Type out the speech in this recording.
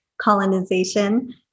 colonization